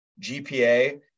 GPA